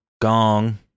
Gong